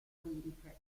liriche